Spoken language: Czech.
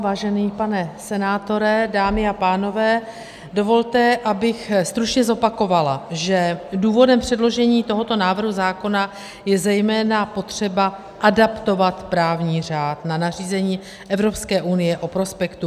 Vážený pane senátore, dámy a pánové, dovolte, abych stručně zopakovala, že důvodem předložení tohoto návrhu zákona je zejména potřeba adaptovat právní řád na nařízení Evropské unie o prospektu.